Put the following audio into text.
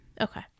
Okay